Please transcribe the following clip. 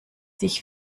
sich